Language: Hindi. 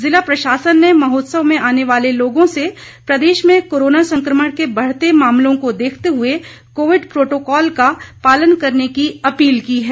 जिला प्रशासन ने महोत्सव में आने वाले लोगों से प्रदेश में कोरोना संकमण के बढ़ते मामलों को देखते हुए कोविड प्रोटोकॉल का पालन करने की अपील की है